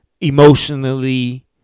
emotionally